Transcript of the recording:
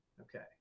okay